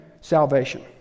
salvation